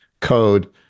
code